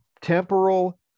temporal